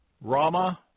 Rama